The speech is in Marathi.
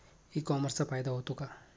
ई कॉमर्सचा फायदा होतो का?